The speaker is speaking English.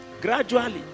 Gradually